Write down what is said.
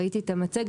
ראיתי את המצגת,